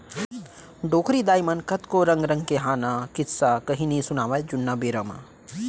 डोकरी दाइ मन कतको रंग रंग के हाना, किस्सा, कहिनी सुनावयँ जुन्ना बेरा म